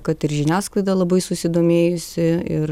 kad ir žiniasklaida labai susidomėjusi ir